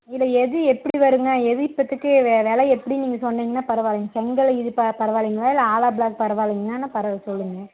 இதில் எது எப்படி வருதுங்க எது இப்பத்துக்கு வெலை எப்படினு நீங்கள் சொன்னிங்கன்னா பரவாயில்லைங்க செங்கல் இழுத்தால் பரவாயில்லைங்க இல்லை ஆலோ பிளாக் பரவாயில்லிங்க எதுன்னாலும் பரவாயில்ல சொல்லுங்கள்